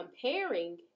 comparing